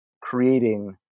creating